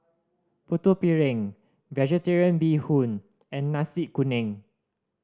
Putu Piring Vegetarian Bee Hoon and Nasi Kuning